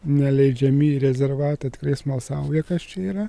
neleidžiami rezervate tikrai smalsauja kas čia yra